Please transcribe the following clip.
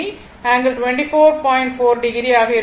4o ஆக இருக்கும்